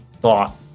thought